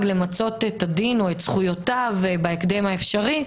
למצות את הדין או את זכויותיו בהקדם האפשרי,